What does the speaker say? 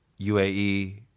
UAE